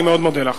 אני מאוד מודה לך.